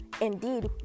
indeed